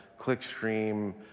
Clickstream